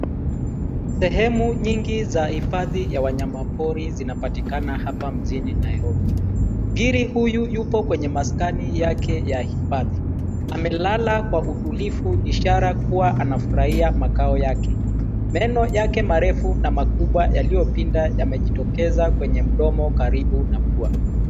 Sehemu nyingi za hifadhi ya wanyamapori zinapatikana hapa mjini Nairobi. Ngiri huyu yupo kwenye maskani yake ya hifadhi. Amelala kwa utulivu ishara kuwa anafurahia makao yake. Meno yake marefu na makubwa yaliyopinda yamejitokeza kwenye mdomo karibu na pua.